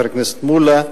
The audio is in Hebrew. חבר הכנסת מולה,